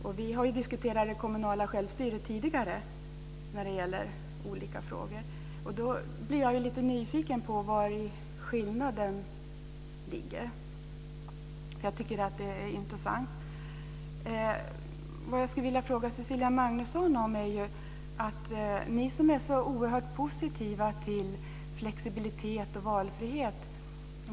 Vi har diskuterat det kommunala självstyret tidigare i olika frågor. Jag blir lite nyfiken på vari skillnaden ligger. Jag tycker att det är intressant. Jag skulle vilja ställa en fråga till Cecilia Magnusson. Ni är oerhört positiva till flexibilitet och valfrihet.